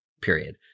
period